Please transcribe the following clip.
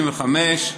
55),